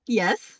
yes